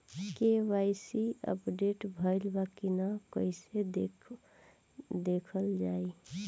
KYC update भइल बा कि ना कइसे देखल जाइ?